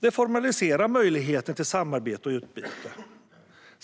Det formaliserar möjligheten till samarbete och utbyte.